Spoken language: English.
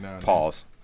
pause